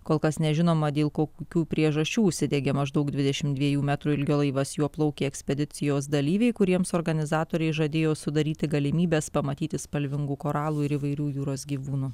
kol kas nežinoma dėl kokių priežasčių užsidegė maždaug dvidešimt dviejų metrų ilgio laivas juo plaukė ekspedicijos dalyviai kuriems organizatoriai žadėjo sudaryti galimybes pamatyti spalvingų koralų ir įvairių jūros gyvūnų